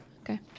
Okay